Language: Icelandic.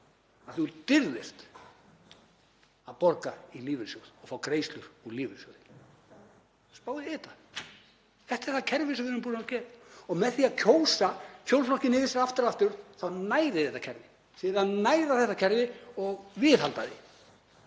að þú dirfðist að borga í lífeyrissjóð og fá greiðslur úr lífeyrissjóði. Spáið í þetta. Þetta er það kerfi sem við erum búin að byggja upp. Og með því að kjósa fjórflokkinn yfir sig aftur og aftur þá nærið þið þetta kerfi. Þið eruð að næra þetta kerfi og viðhalda því.